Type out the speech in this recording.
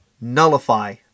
nullify